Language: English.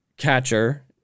catcher